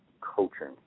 coaching